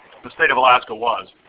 the state of alaska was.